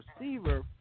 receiver